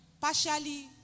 partially